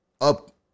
up